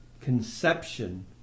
conception